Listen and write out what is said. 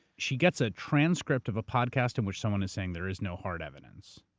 she gets a transcript of a podcast in which someone is saying there is no hard evidence,